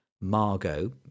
Margot